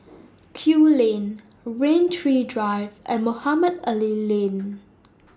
Kew Lane Rain Tree Drive and Mohamed Ali Lane